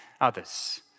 others